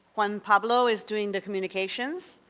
juan pablo is doing the communications.